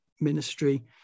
ministry